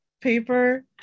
paper